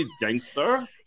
gangster